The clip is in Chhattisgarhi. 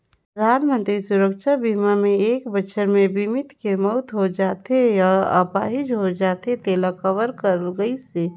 परधानमंतरी सुरक्छा बीमा मे एक बछर मे बीमित के मउत होय जाथे य आपाहिज होए जाथे तेला कवर करल गइसे